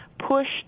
pushed